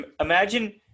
imagine